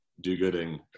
do-gooding